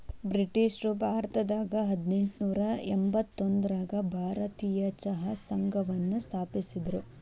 ಬ್ರಿಟಿಷ್ರು ಭಾರತದಾಗ ಹದಿನೆಂಟನೂರ ಎಂಬತ್ತೊಂದರಾಗ ಭಾರತೇಯ ಚಹಾ ಸಂಘವನ್ನ ಸ್ಥಾಪಿಸಿದ್ರು